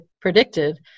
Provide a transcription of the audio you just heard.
predicted